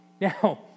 Now